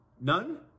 None